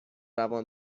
روان